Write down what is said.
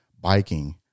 biking